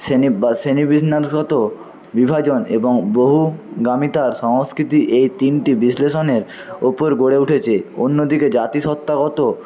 শ্রেণী বা শ্রেণী গত বিভাজন এবং বহুগামীতার সংস্কৃতি এই তিনটি বিশ্লেষণের ওপর গড়ে উঠেছে অন্যদিকে জাতিসত্তাগত